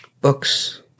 books